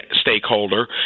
stakeholder